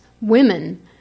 women